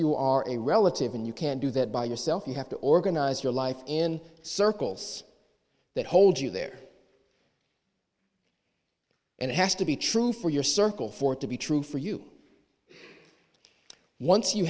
you are a relative and you can't do that by yourself you have to organize your life in circles that hold you there and it has to be true for your circle for it to be true for you once you